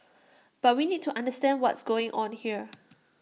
but we need to understand what's going on here